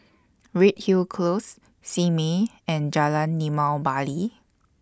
Redhill Close Simei and Jalan Limau Bali